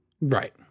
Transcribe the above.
right